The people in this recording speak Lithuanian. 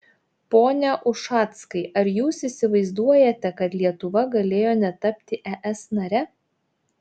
pone ušackai ar jūs įsivaizduojate kad lietuva galėjo netapti es nare